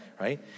right